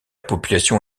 population